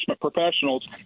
professionals